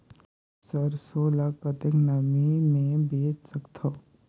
सरसो ल कतेक नमी मे बेच सकथव?